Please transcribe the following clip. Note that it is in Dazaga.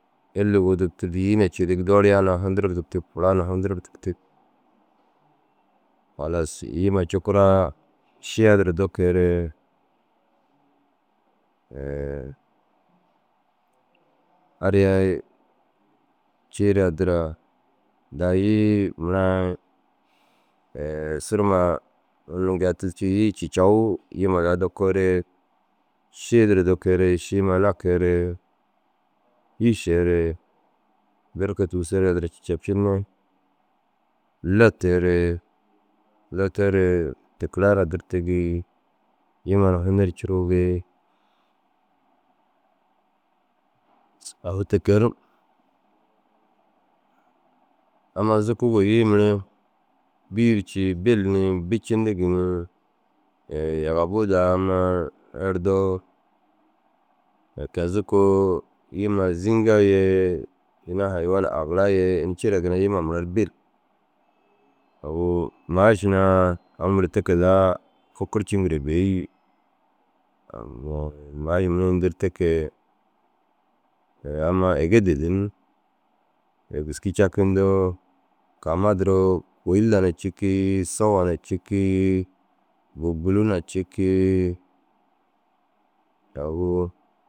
Illi wudug tûrtu îyi na cîdig dooriyaa na hundu ru dûtug furaa na hundu ru tûrtugi. Halas yima cukuraa šiya duro dokeere ariya i ciiru addira daha yii mura i suruma unnu giyaa tid ciiru yii cicau yima daha dokoore šii duro dokeere šima nakeere yîšeere berke tigisoore addira cicapcine letteere lettoore tekeraa na dirtigi yima na hun nu curuugi. Agu te ke ru ammaa zukugo yii mere bîi ru cii bil ni bicindigi ni yaga buu daha ammaa erdoo te ke zukoo yima zîŋga ye ina hayiwana agira ye ini cire ginna yima mura ru bil. Agu maaši na au mere te kege ru daha fôkorciŋire bêi. Maaši mere dêri ini te kege ammaa ege didin. Ammaa ege didin. Gîskei cakindoo kaama duro kûila na cikii sowa na cikii na cikii. Agu